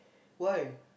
why